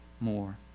more